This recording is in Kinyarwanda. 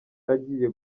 agiye